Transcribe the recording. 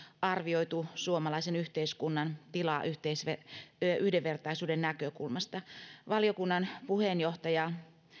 arvioitu suomalaisen yhteiskunnan tilaa yhdenvertaisuuden näkökulmasta valiokunnan puheenjohtaja